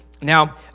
Now